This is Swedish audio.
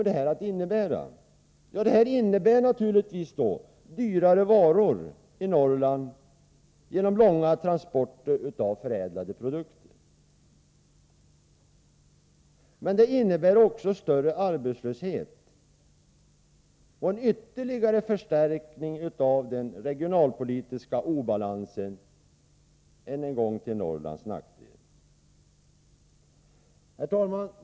Detta medför dyrare varor i Norrland genom långa transporter av förädlade produkter. Men det medför också större arbetslöshet och en ytterligare förstärkning av den regionalpolitiska obalansen — än en gång till Herr talman!